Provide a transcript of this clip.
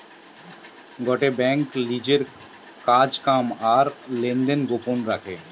গটে বেঙ্ক লিজের কাজ কাম আর লেনদেন গোপন রাখে